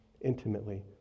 intimately